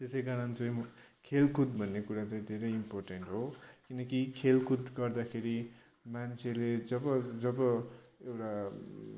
त्यसै कारण चाहिँ म खेलकुद भन्ने कुरा चाहिँ धेरै इम्पोर्टेन्ट हो किनकि खेलकुद गर्दाखेरि मान्छेले जब जब एउटा